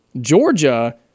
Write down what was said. Georgia